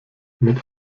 mit